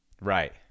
Right